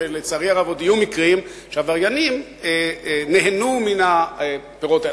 ולצערי הרב עוד יהיו מקרים שהעבריינים נהנו מן הפירות האלה.